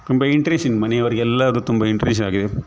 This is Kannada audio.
ತುಂಬ ಇಂಟ್ರೇಷನ್ ಮನೆಯವರಿಗೆಲ್ಲಾ ಅದು ತುಂಬ ಇಂಟ್ರೇಷನ್ ಆಗಿದೆ